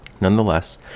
Nonetheless